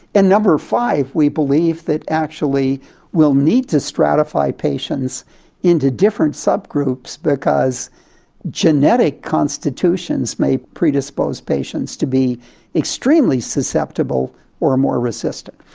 and number five, we believe that actually we'll need to stratify patients into different subgroups, because genetic constitutions may predispose patients to be extremely susceptible or more resistant.